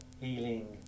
healing